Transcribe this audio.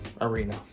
arena